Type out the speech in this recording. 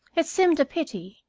it seemed a pity,